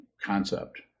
concept